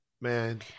man